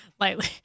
Lightly